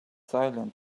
silent